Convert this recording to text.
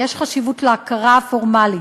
ויש חשיבות להכרה הפורמלית.